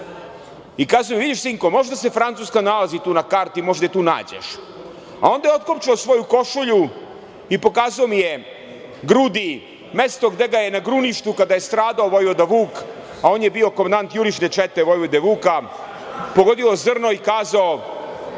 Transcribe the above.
i kazao – vidiš sinko možda se Francuska nalazi tu na karti, možda je tu nađeš, a onda je otkopčao svoju košulju i pokazao mi je grudi, mesto gde ga je na Gruništu kada je stradao Vojvoda Vuk, a on je bio komandant juriške čete Vojvode Vuka, pogodilo zrno i kazao